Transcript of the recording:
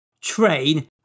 train